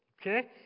Okay